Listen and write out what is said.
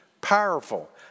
Powerful